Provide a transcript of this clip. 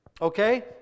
Okay